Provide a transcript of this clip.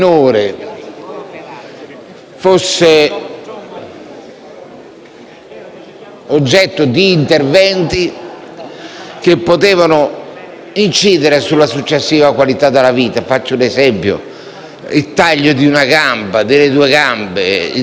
oggetto di interventi che potevano incidere sulla successiva qualità della vita -faccio un esempio: il taglio di una gamba, delle due gambe, la perdita delle braccia - per ragioni cliniche.